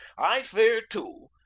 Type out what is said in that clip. i fear, too,